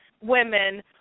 women